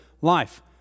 life